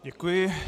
Děkuji.